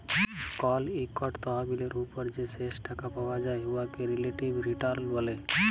call ইকট তহবিলের উপর যে শেষ টাকা পাউয়া যায় উয়াকে রিলেটিভ রিটার্ল ব্যলে